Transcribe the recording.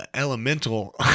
elemental